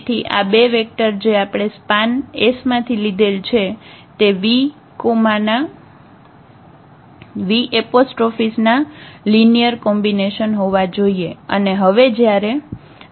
તેથી આ બે વેક્ટર જે આપણે સ્પાન માંથી લીધેલ છે તે 𝑣' ના લિનિયર કોમ્બિનેશન હોવા જોઈએ